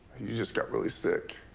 he just got really sick.